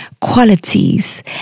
qualities